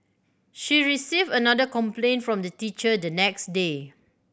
she received another complaint from the teacher the next day